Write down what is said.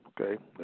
Okay